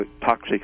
toxic